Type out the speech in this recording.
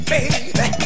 Baby